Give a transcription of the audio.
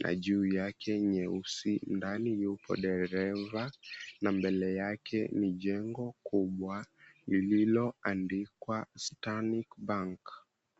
na juu yake nyeusi ndani yupo dereva na mbele yake ni jengo kubwa lililo andikwa Stanbik Bank.